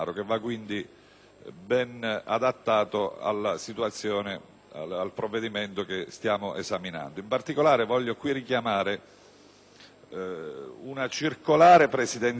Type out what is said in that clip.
ben adattato al provvedimento che stiamo esaminando. In particolare, voglio richiamare una circolare presidenziale